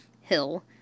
hill